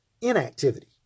inactivity